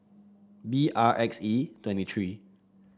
B R X E twenty three